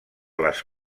les